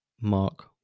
Mark